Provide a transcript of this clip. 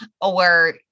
or-